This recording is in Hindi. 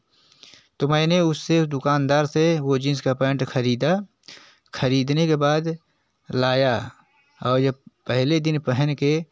तो मैंने उससे दुकानदार से वह जिन्स का पैंट ख़रीदा खरीदने के बाद लाया और जब पहले दिन पहन कर